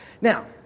Now